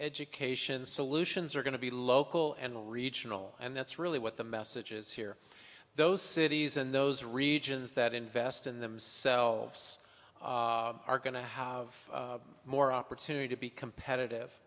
education solutions are going to be local and regional and that's really what the message is here those cities in those regions that invest in themselves are going to have more opportunity to be competitive